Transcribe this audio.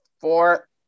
four